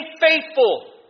faithful